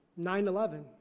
9-11